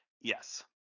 Yes